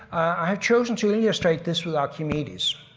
i have chosen to illustrate this with archimedes,